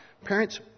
Parents